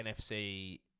NFC